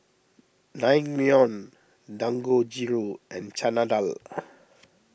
Naengmyeon Dangojiru and Chana Dal